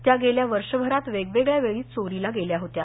त्या गेल्या वर्षभरात वेगवेळ्या वेळी चोरीला गेल्या होत्या